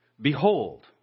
Behold